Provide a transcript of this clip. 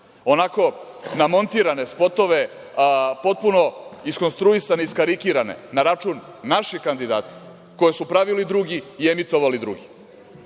onako namontirane spotove, potpuno iskonstruisane, iskarikirane na račun naših kandidata koje su pravili drugi, emitovali drugi.